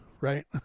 right